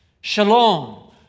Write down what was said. Shalom